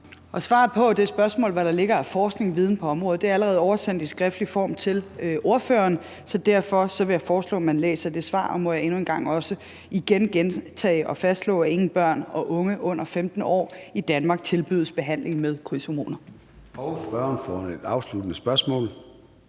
Svaret på det spørgsmål om, hvad der ligger af forskning og viden på området, er allerede oversendt i skriftlig form til spørgeren, så derfor vil jeg foreslå, at man læser det svar. Og må jeg endnu en gang også igen gentage og fastslå, at ingen børn eller unge under 15 år i Danmark tilbydes behandling med krydshormoner. Kl. 13:15 Formanden (Søren